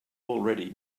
already